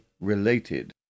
related